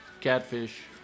catfish